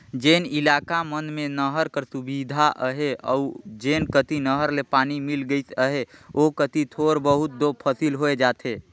जेन इलाका मन में नहर कर सुबिधा अहे अउ जेन कती नहर ले पानी मिल गइस अहे ओ कती थोर बहुत दो फसिल होए जाथे